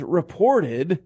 reported